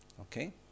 Okay